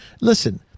listen